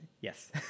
Yes